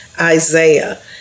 Isaiah